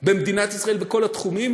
במדינת ישראל בכל התחומים